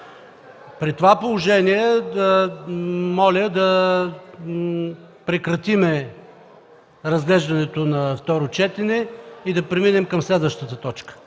При това положение моля да прекратим разглеждането на второ четене и да преминем към следващата точка.